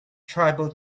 tribal